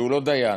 שהוא לא דיין,